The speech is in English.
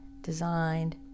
designed